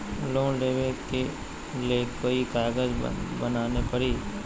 Loan लेबे ले कोई कागज बनाने परी?